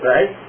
Right